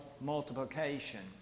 multiplication